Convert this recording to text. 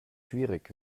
schwierig